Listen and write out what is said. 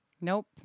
Nope